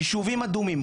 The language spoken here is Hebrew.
יישובים אדומים.